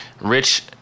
Rich